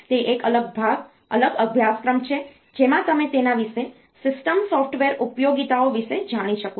તે એક અલગ ભાગ અલગ અભ્યાસક્રમ છે જેમાં તમે તેના વિશે સિસ્ટમ સોફ્ટવેર ઉપયોગિતાઓ વિશે જાણી શકો છો